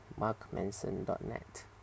markmanson.net